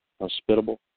hospitable